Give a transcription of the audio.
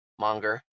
Monger